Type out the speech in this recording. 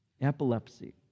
epilepsy